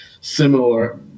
similar